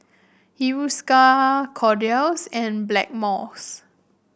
Hiruscar Kordel's and Blackmores